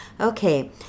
Okay